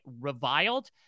reviled